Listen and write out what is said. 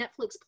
Netflix